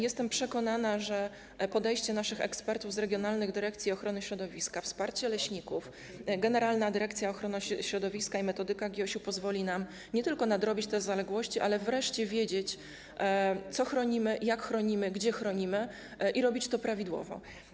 Jestem przekonana, że podejście naszych ekspertów z regionalnych dyrekcji ochrony środowiska, wsparcie leśników, Generalnej Dyrekcji Ochrony Środowiska i metodyka GIOŚ pozwolą nam nie tylko nadrobić te zaległości, ale też na to, by wreszcie wiedzieć, co chronimy, jak chronimy, gdzie chronimy, i robić to prawidłowo.